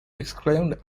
exclaimed